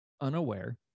unaware